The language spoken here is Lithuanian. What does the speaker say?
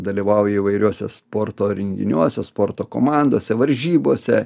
dalyvauju įvairiuose sporto renginiuose sporto komandose varžybose